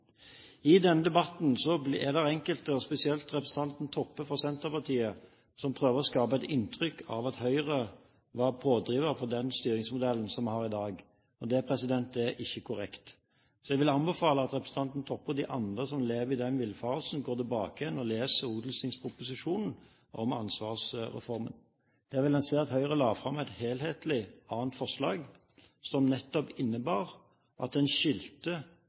I denne debatten er det enkelte, spesielt representanten Toppe fra Senterpartiet, som prøver å skape et inntrykk av at Høyre var pådriver for den styringsmodellen som vi har i dag. Det er ikke korrekt, så jeg vil anbefale at representanten Toppe og de andre som lever i den villfarelsen, går tilbake igjen og leser odelstingsproposisjonen om ansvarsreformen. Der vil en se at Høyre la fram et helhetlig annet forslag som innebar at en skilte